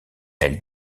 elle